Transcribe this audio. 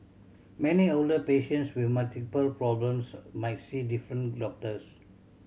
many older patients with multiple problems might see different doctors